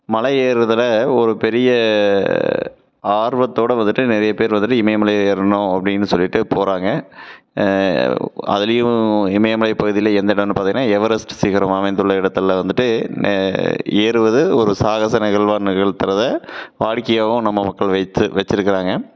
மலை ஏறுறதில் ஒரு பெரிய ஆர்வத்தோடு வந்துட்டு நிறைய பேர் வந்துட்டு இமயமலை ஏறணும் அப்படின்னு சொல்லிவிட்டு போகிறாங்க அதுலேயும் இமயமலை பகுதியில் எந்த இடோன்னு பார்த்திங்கன்னா எவரெஸ்ட் சிகரம் அமைந்துள்ள இடத்தில் வந்துட்டு நே ஏறுவது ஒரு சாகச நிகழ்வாக நிகழ்த்துறதை வாடிக்கையாகவும் நம்ம மக்கள் வைத்து வச்சி இருக்கிறாங்க